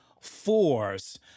force